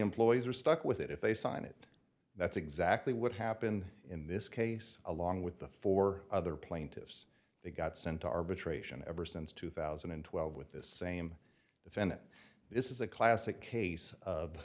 employees are stuck with it if they sign it that's exactly what happened in this case along with the four other plaintiffs they got sent to arbitration ever since two thousand and twelve with the same defendant this is a classic case of